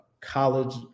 college